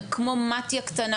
כמו מתי"א קטנה,